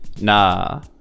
Nah